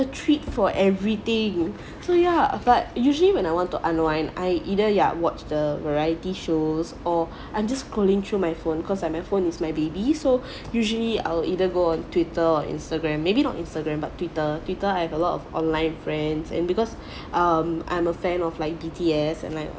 a treat for everything so yeah but usually when I want to unwind I either ya watch the variety shows or I'm just scrooling through my phone cause I my phone is my baby so usually I will either go on Twitter or Instagram maybe not Instagram but Twitter Twitter I have a lot of online friends and because um I'm a fan of like B_T_S and like